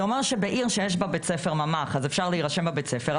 זה אומר שבעיר שיש בה בית ספר ממ"ח אז אפשר להרשם לבית הספר.